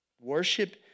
Worship